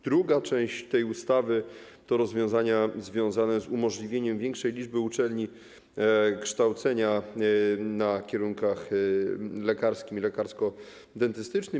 Druga część tej ustawy to rozwiązania związane z umożliwieniem większej liczbie uczelni kształcenia na kierunkach lekarskim i lekarsko-dentystycznym.